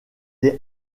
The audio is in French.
est